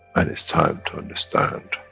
and it's time to understand